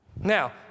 Now